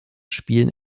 spielen